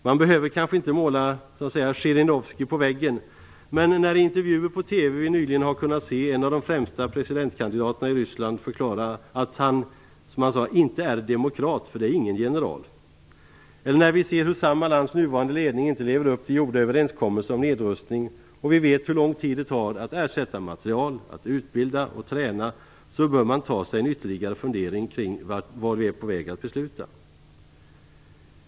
Man behöver kanske inte måla Zjirinovskij på väggen, men när vi i intervjuer på TV nyligen har kunnat se en av de främsta presidentkandidaterna i Ryssland förklara att han inte är demokrat, därför att det är ingen general, eller när vi ser hur samma lands nuvarande ledning inte lever upp till gjorda överenskommelser om nedrustning och vi vet hur lång tid det tar att ersätta materiel, utbilda och träna, bör vi ta oss en ytterligare fundering kring vad vi är på väg att besluta.